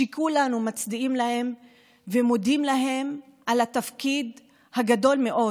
שכולנו מצדיעים להם ומודים להם על התפקיד הגדול מאוד